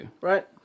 Right